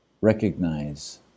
recognize